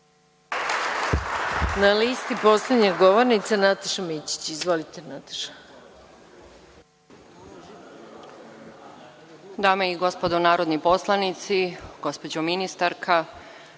Na listi poslednja govornica, Nataša Mićić. Izvolite, Nataša. **Nataša Mićić** Dame i gospodo narodni poslanici, gospođo ministarka,